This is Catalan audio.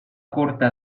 curta